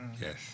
Yes